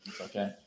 okay